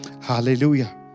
Hallelujah